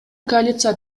коалиция